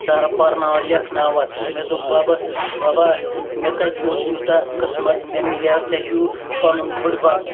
ژٕ ہا پَرناوَتھ لیکھناوَتھ مےٚ دوٚپ بَبَس بَبا مےٚ کَتہِ اوس یوٗتاہ قٕسمَت مےٚ مِلیٛوٚو ژےٚ ہیوٗ پَنُن بٔڈۍ بَب